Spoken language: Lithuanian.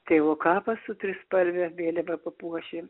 tėvo kapą su trispalve vėliava papuoši